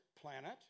planet